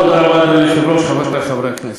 ותודה רבה ליושב-ראש וחברי חברי הכנסת.